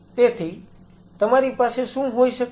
તેથી તમારી પાસે શું હોઈ છે